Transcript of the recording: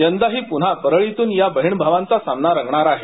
यंदाही पुन्हा परळीतून या बहिण भावांचा सामना रंगणार आहे